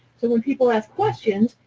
so when people ask questions,